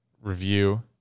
review